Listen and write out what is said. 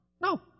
no